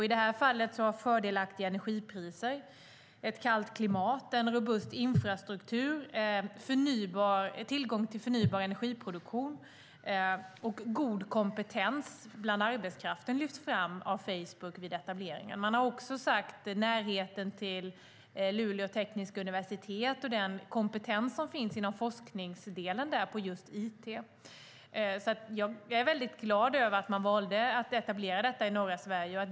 I det här fallet har fördelaktiga energipriser, ett kallt klimat, en robust infrastruktur, tillgång till förnybar energiproduktion och god kompetens bland arbetskraften lyfts fram av Facebook vid etableringen. Man har också nämnt närheten till Luleå tekniska universitet och den kompetens som finns inom forskning på just it. Jag är som sagt väldigt glad över att man valde att etablera företaget i norra Sverige.